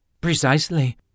Precisely